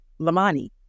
Lamani